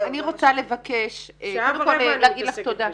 אני רוצה לבקש קודם כל להגיד לך תודה.